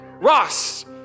Ross